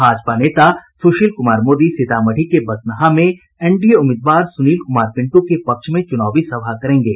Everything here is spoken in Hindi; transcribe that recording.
भाजपा नेता सुशील कुमार मोदी सीतामढ़ी के बथनाहा में एनडीए उम्मीदवार सुनील कुमार पिंट् के पक्ष में चुनावी सभा करेंगे